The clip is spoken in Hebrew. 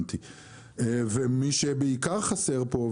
ומי שבעיקר חסר פה,